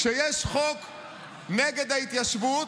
כשיש חוק נגד ההתיישבות,